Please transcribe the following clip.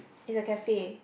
is a cafe